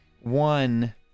one